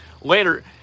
later